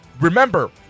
remember